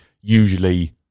Usually